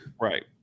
Right